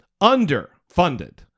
underfunded